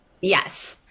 Yes